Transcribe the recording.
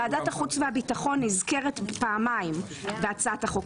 ועדת החוץ והביטחון נזכרת פעמיים בהצעת החוק.